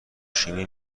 شیمی